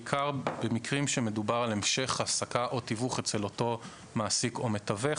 בעיקר במקרים שמדובר על המשך העסקה או תיווך אצל אותו מעסיק או מתווך,